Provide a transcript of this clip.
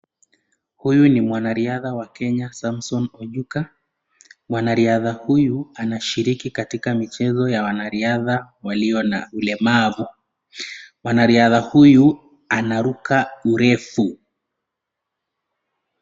Huyu ni mwanariadha wa kenya, Samson Ojuka. Mwanariadha huyu anashiriki katika michezo ya wanariadha walio na ulemavu. Mwanariadha huyu anaruka kurefu.